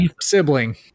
sibling